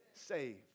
saved